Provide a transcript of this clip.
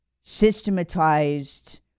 systematized